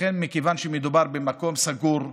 לכן, מכיוון שמדובר במקום סגור,